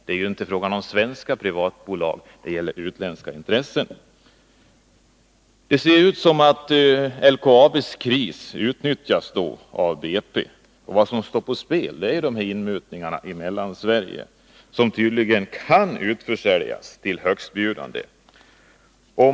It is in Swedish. Det är inte fråga om svenska privatbolag utan om utländska intressen. Det ser ut som om LKAB:s kris utnyttjas av BP. Och vad som står på spel är inmutningarna i Mellansverige, som tydligen kan utförsäljas till högstbjudande.